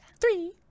Three